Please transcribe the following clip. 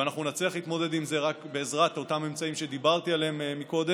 ואנחנו נצליח להתמודד עם זה רק בעזרת אותם אמצעים שדיברתי עליהם קודם.